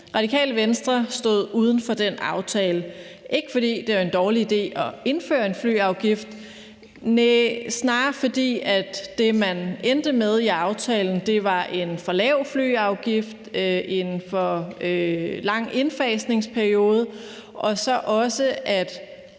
Radikale Venstre stod uden for den aftale – ikke, fordi det var en dårlig idé at indføre en flyafgift. Næh, det var snarere, fordi det, man endte med i aftalen, var en for lav flyafgift, en for lang indfasningsperiode og også,